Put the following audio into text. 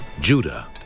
Judah